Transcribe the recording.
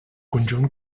conjunt